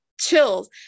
chills